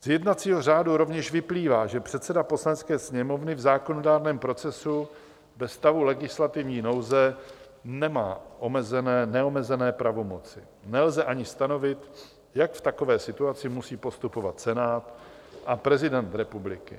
Z jednacího řádu rovněž vyplývá, že předseda Poslanecké sněmovny v zákonodárném procesu ve stavu legislativní nouze nemá neomezené pravomoci, nelze ani stanovit, jak v takové situaci musí postupovat Senát a prezident republiky.